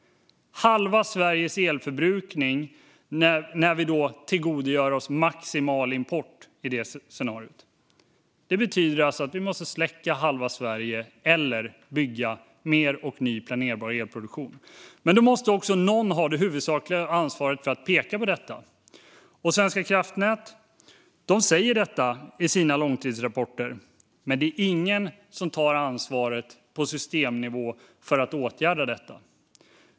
I det scenariot tillgodogör vi oss dessutom maximal import. Det betyder att vi måste släcka halva Sverige eller bygga mer och ny planerbar elproduktion. Men då måste också någon ha det huvudsakliga ansvaret för att peka på detta. Svenska kraftnät säger detta i sina långtidsrapporter, men det är ingen som tar ansvaret på systemnivå för att åtgärda detta.